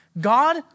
God